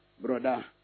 brother